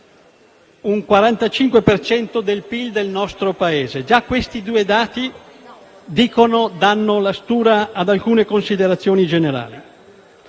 cento del PIL del nostro Paese. Già questi due dati danno la stura ad alcune considerazioni generali.